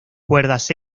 cuerdas